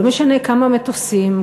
לא משנה כמה מטוסים,